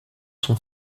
son